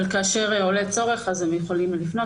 אבל כאשר עולה צורך הם יכולים לפנות